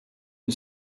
une